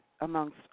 amongst